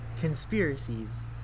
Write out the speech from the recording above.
conspiracies